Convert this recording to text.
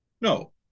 No